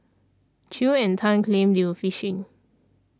Chew and Tan claimed they were fishing